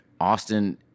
Austin